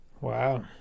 Wow